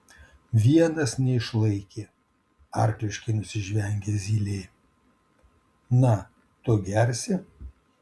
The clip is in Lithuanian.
vienas neišlaikė arkliškai nusižvengė zylė na tu gersi